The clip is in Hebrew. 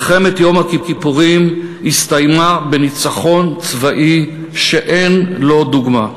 מלחמת יום הכיפורים הסתיימה בניצחון צבאי שאין לו דוגמה.